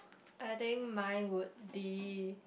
I think mine would be